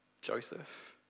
Joseph